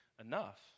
enough